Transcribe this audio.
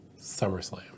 SummerSlam